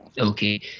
Okay